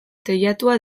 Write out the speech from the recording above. teilatua